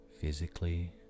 physically